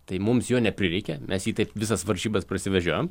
tai mums jo neprireikė mes jį taip visas varžybas prasivežiojom